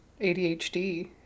ADHD